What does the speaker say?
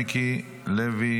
מיקי לוי,